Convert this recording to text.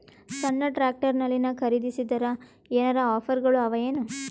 ಸಣ್ಣ ಟ್ರ್ಯಾಕ್ಟರ್ನಲ್ಲಿನ ಖರದಿಸಿದರ ಏನರ ಆಫರ್ ಗಳು ಅವಾಯೇನು?